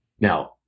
Now